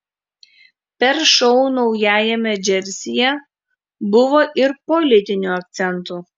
per šou naujajame džersyje buvo ir politinių akcentų